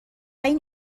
این